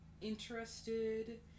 interested